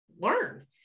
learn